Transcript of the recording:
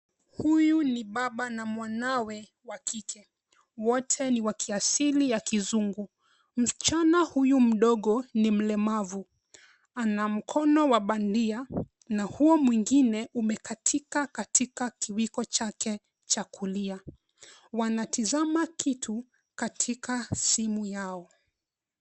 Huyu ni baba na mwanawe wa kike. Wote ni wa kiasili ya kizungu. Msichana huyu mdogo ni mlemavu, ana mkono wa bandia na huo mwingine umekatika katika kiwiko chake cha kulia. Wanatazama kitu katika simu yao.